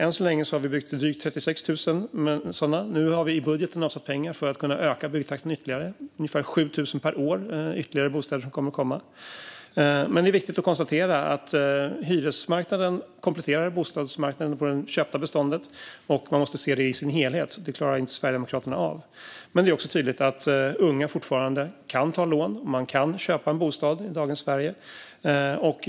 Än så länge har vi byggt drygt 36 000 sådana. I budgeten har vi nu avsatt pengar för att kunna öka byggtakten. Det kommer ungefär 7 000 ytterligare bostäder per år. Det är dock viktigt att påminna om att hyresmarknaden kompletterar det köpta beståndet på bostadsmarknaden. Man måste se det i sin helhet. Det klarar inte Sverigedemokraterna av. Det är också tydligt att unga fortfarande kan ta lån. Man kan köpa en bostad i dagens Sverige.